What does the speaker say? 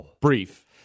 brief